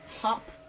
hop